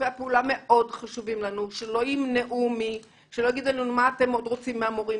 שיתופי הפעולה מאוד חשובים לנו שלא יגידו לנו מה אתם עוד רוצים מהמורים.